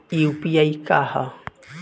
UPI का ह?